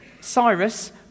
Cyrus